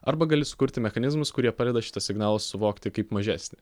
arba gali sukurti mechanizmus kurie padeda šitą signalą suvokti kaip mažesnį